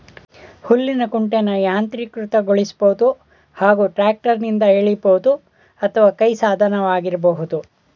ಹುಲ್ಲಿನ ಕುಂಟೆನ ಯಾಂತ್ರೀಕೃತಗೊಳಿಸ್ಬೋದು ಹಾಗೂ ಟ್ರ್ಯಾಕ್ಟರ್ನಿಂದ ಎಳಿಬೋದು ಅಥವಾ ಕೈ ಸಾಧನವಾಗಿರಬಹುದು